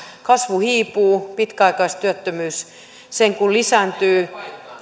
kasvu hiipuu pitkäaikaistyöttömyys sen kuin lisääntyy